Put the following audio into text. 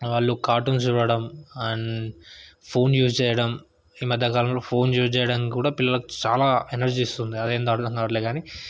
ఆళ్ళు కార్టూన్స్ చూడటం and phone use చేయడం ఈ మధ్యకాలంలో ఫోన్ యూజ్ చేయడం కూడా పిల్లలకు చాలా ఎనర్జీ ఇస్తుంది అదేందో అర్థంగావట్లే కాని